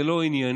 זה לא ענייני,